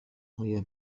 آیا